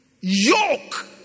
yoke